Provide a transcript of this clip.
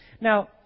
Now